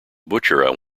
butcher